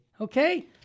okay